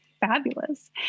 fabulous